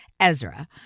Ezra